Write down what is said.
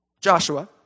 Joshua